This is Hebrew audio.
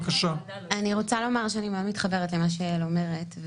אני מאוד מתחברת למה שיעל אומרת,